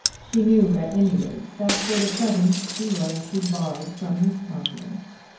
she knew at any rate that for the present she was debarred from his confidence.